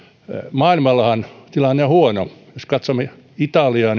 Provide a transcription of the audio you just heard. maailmallahan tilanne on huono jos katsomme italiaa